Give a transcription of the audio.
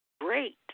great